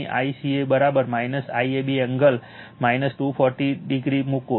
અહીં ICA IAB angle 240o મૂકો